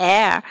Air